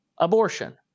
Abortion